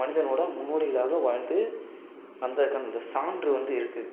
மனிதனோடய முன்னோடிகளாக வாழ்ந்து அந்த கம் இந்தச்சான்று வந்து இருக்குது